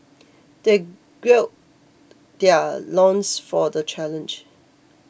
they gird their loins for the challenge